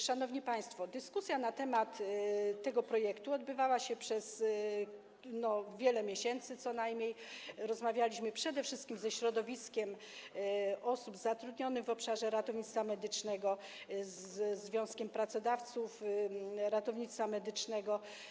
Szanowni państwo, dyskusja na temat tego projektu odbywała się przez co najmniej wiele miesięcy, rozmawialiśmy przede wszystkim ze środowiskiem osób zatrudnionych w obszarze ratownictwa medycznego, ze Związkiem Pracodawców Ratownictwa Medycznego.